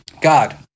God